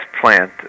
plant